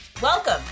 Welcome